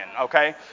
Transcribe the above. Okay